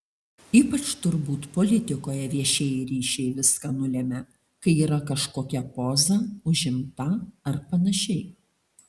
ypač turbūt politikoje viešieji ryšiai viską nulemia kai yra kažkokia poza užimta ar panašiai